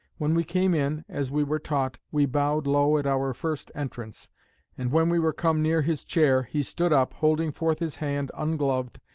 when we came in, as we were taught, we bowed low at our first entrance and when we were come near his chair, he stood up, holding forth his hand ungloved,